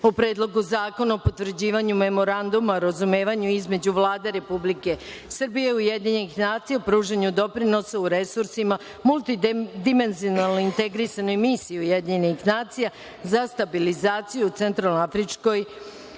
o: Predlogu zakona o potvrđivanju Memoranduma o razumevanju između Vlade Republike Srbije i Ujedinjenih nacija o pružanju doprinosa u resursima multidimenzionalnoj integrisanoj misiji Ujedinjenih nacija za stabilizaciju u Centralnoafričkoj